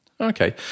Okay